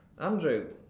Andrew